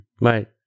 Right